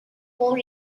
four